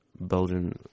Belgian